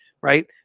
Right